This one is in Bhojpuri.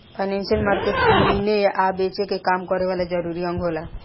फाइनेंसियल मार्केट किने आ बेचे के काम करे वाला जरूरी अंग होला